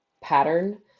pattern